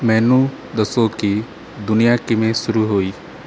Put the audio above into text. ਮੈਨੂੰ ਦੱਸੋ ਕਿ ਦੁਨੀਆਂ ਕਿਵੇਂ ਸ਼ੁਰੂ ਹੋਈ